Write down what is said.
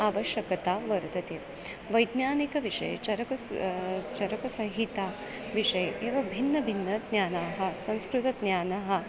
आवश्यकता वर्तते वैज्ञानिकविषये चरकः चरकसंहिताविषये एव भिन्नभिन्नज्ञानाः संस्कृतज्ञानं